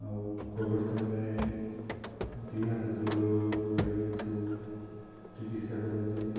ଆଉ କୋଭିଡ଼୍ ସମୟରେ ଦୁଇ ହାତ ଦୂରରୁ ରହିକି ଏହି ସବୁ ଚିକିତ୍ସା କରନ୍ତି